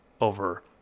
over